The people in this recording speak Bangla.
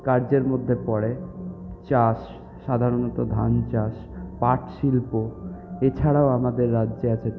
কার্যের মধ্যে পড়ে চাষ সাধারণত ধান চাষ পাট শিল্প এছাড়াও আমাদের রাজ্যে আছে